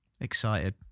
Excited